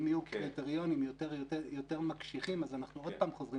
אם יהיו קריטריונים יותר מקשיחים אנחנו עוד פעם חוזרים